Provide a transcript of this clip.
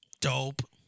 Dope